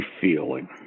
feeling